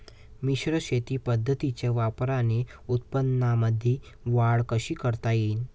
मिश्र शेती पद्धतीच्या वापराने उत्पन्नामंदी वाढ कशी करता येईन?